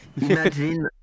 imagine